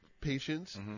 patients